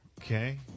Okay